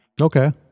Okay